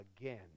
again